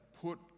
put